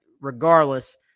regardless